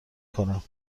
کنم